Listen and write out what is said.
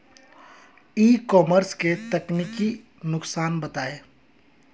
ई commerce के तकनीकी नुकसान बताएं?